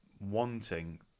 wanting